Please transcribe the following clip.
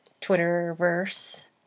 Twitter-verse